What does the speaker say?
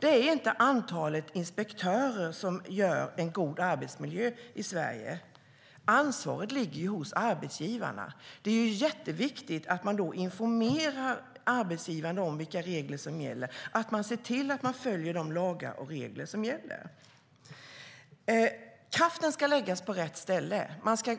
Det är inte antalet inspektörer som gör en god arbetsmiljö i Sverige. Ansvaret ligger hos arbetsgivarna. Det är jätteviktigt att man då informerar arbetsgivarna om vilka regler som gäller och ser till att man följer de lagar och regler som gäller. Kraften ska läggas på rätt ställe. Man ska